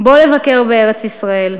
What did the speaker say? בוא לבקר בארץ-ישראל,